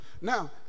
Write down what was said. Now